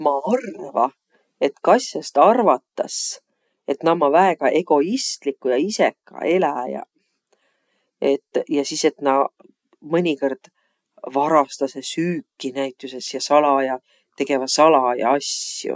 Ma arva, et kassõst arvatas, et nä ommaq väega egoistliguq ja isekaq eläjäq. Et ja sis et nä mõnikõrd varastasõq süüki näütüses ja salaja, tegeväq salaja asjo.